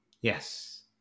Yes